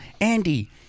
Andy